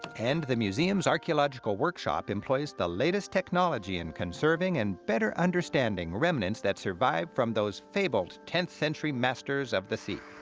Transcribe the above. and the museum's archeological workshop employs the latest technology in conserving and better understanding remnants that survived from those fabled tenth century masters of the sea.